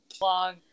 long